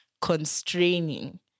constraining